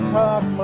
talk